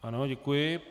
Ano, děkuji.